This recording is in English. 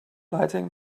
lighting